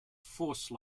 force